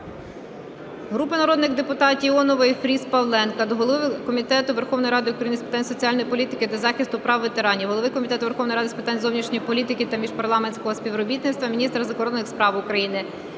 Групи народних депутатів (Іонової, Фріз, Павленка) до голови Комітету Верховної Ради України з питань соціальної політики та захисту прав ветеранів, голови Комітету Верховної Ради України з питань зовнішньої політики та міжпарламентського співробітництва, міністра закордонних справ України,